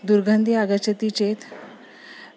दुर्गन्धिः आगच्छति चेत्